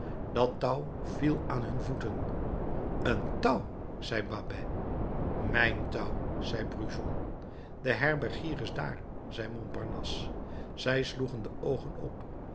dat touw viel aan hun voeten een touw zei babet mijn touw zei brujon de herbergier is daar zei montparnasse zij sloegen de oogen op